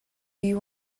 you